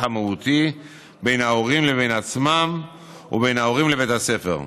המהותי בין ההורים לבין עצמם ובין ההורים לבית הספר.